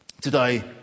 Today